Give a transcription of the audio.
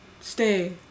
stay